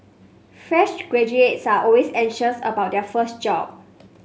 fresh graduates are always anxious about their first job